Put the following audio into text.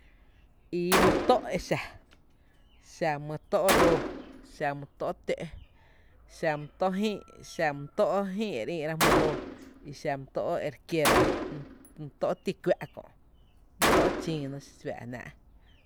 Ii mý tó’ exa: xa mý tó’ roo, xa mý tó’ tö’, xa mý tó’ jïï’, xa mý tó’ Jïï’ ere ï’ra jmyy roo, i xa mý tó’ e re kiera, m) xa mý tó’ ti kuⱥ’ kö’, mý tó’ chiino fáá’jnáá’.